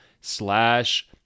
slash